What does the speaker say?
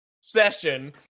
session